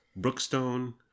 Brookstone